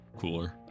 cooler